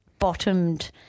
Bottomed